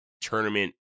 tournament